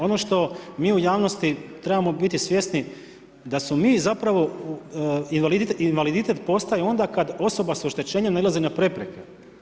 Ono što mi u javnosti trebamo biti svjesni da smo mi invaliditet postaje onda kada osoba s oštećenjem nailazi na prepreke.